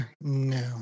No